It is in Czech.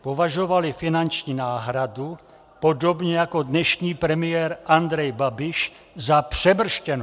Považovali finanční náhradu, podobně jako dnešní premiér Andrej Babiš, za přemrštěnou.